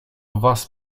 was